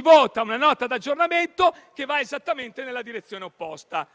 vota una Nota di aggiornamento che va esattamente nella direzione opposta.